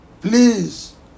Please